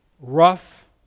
Rough